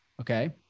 Okay